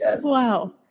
Wow